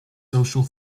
social